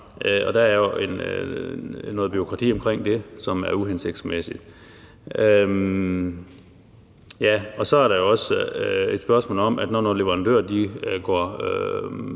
Der er noget bureaukrati omkring det, som er uhensigtsmæssigt. Så er der også et spørgsmål om, at der, når nogle leverandører løber